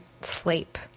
sleep